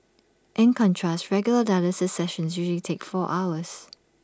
in contrast regular dialysis sessions usually take four hours